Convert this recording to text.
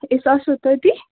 أسۍ آسَو تٔتی